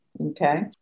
Okay